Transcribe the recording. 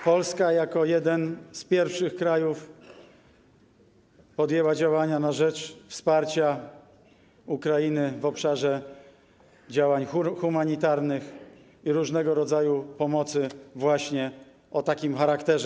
Polska jako jeden z pierwszych krajów podjęła działania na rzecz wsparcia Ukrainy w obszarze działań humanitarnych i różnego rodzaju pomocy właśnie o takim charakterze.